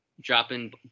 dropping